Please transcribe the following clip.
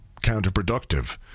counterproductive